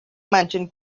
mansion